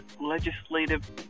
legislative